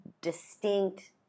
distinct